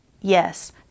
Yes